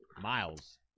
Miles